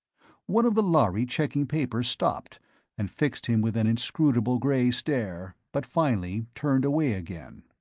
one of the lhari checking papers stopped and fixed him with an inscrutable gray stare, but finally turned away again.